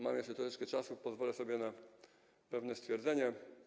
Mam jeszcze troszeczkę czasu, pozwolę sobie na pewne stwierdzenie.